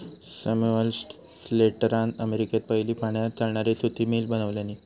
Samuel स्लेटरान अमेरिकेत पयली पाण्यार चालणारी सुती मिल बनवल्यानी